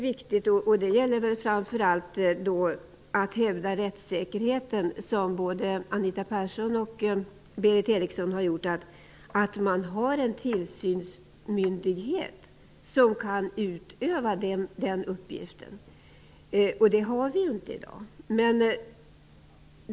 Men här är det framför allt viktigt att hävda rättssäkerheten, vilket både Anita Persson och Berith Eriksson gjorde. Det skall finnas en tillsynsmyndighet som kan utöva den uppgiften. Någon sådan finns inte i dag.